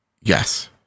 Yes